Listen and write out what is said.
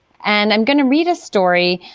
and i'm going to read a story,